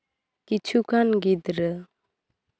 ᱠᱤᱪᱷᱩᱜᱟᱱ ᱜᱤᱫᱽᱨᱟᱹ